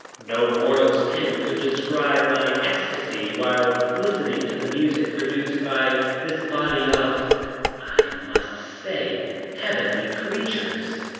no mortal's pen could describe my ecstasy while listening to the music produced by this body of i must say heavenly creatures.